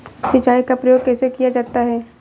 सिंचाई का प्रयोग कैसे किया जाता है?